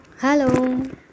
Hello